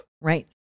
Right